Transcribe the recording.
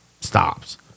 stops